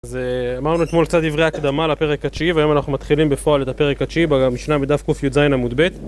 אז אמרנו אתמול קצת דברי הקדמה לפרק התשיעי והיום אנחנו מתחילים בפועל את הפרק התשיעי במשנה בדף קי"ז עמוד ב'